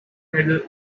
medal